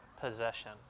possession